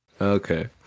Okay